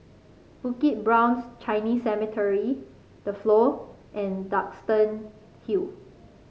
Bukit Brown's Chinese Cemetery The Flow and Duxton Hill